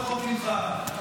הוא יודע יהדות לא פחות ממך.